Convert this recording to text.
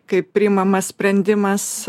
kai priimamas sprendimas